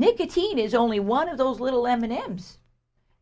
nicotine is only one of those little eminem's